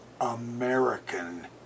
American